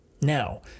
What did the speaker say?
Now